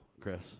Chris